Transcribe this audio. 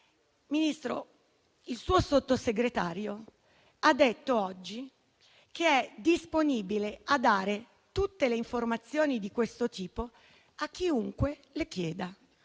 il suo Sottosegretario ha detto oggi che è disponibile a dare tutte le informazioni di questo tipo a chiunque le chieda.